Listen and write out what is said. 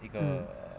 mm